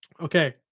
Okay